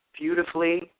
beautifully